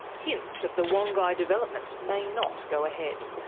hints that the wongai development may not go ahead.